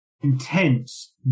intense